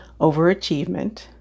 overachievement